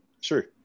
Sure